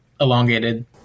elongated